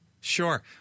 sure